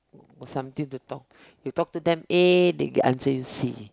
got something to talk you talk to them A they answer you C